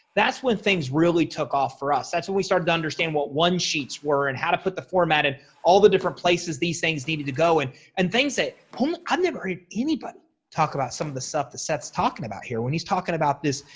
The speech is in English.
that's when things really took off for us. that's when we started to understand what one-sheets were and how to put the format in all the different places these things needed to go in and things that um i never heard anybody talk about some of the stuff the seth's talking about here when he's talking about this,